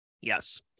Yes